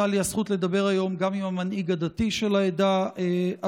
הייתה לי הזכות לדבר היום גם עם המנהיג הדתי של העדה הדרוזית,